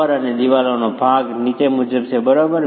ઉપર અને દિવાલનો ભાગ જે તમે નીચે જુઓ છો તે બરાબર છે